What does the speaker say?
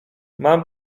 mam